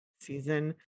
season